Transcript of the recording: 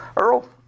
earl